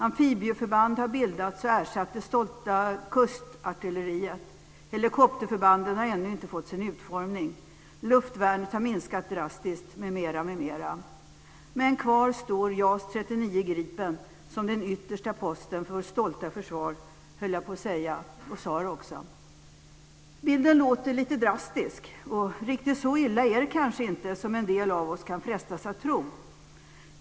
Amfibieförband har bildats och ersatt det stolta Kustartilleriet. Helikopterförbanden har ännu inte fått sin utformning. Luftvärnet har minskat drastiskt m.m., m.m. Men kvar står Jas 39 Gripen som den yttersta posten för vårt stolta försvar, höll jag på att säga och sade det också. Bilden verkar lite drastisk. Riktigt så illa är det kanske inte som en del av oss kan frestas att tro.